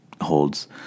holds